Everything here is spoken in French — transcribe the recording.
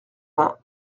vingts